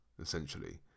essentially